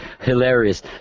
hilarious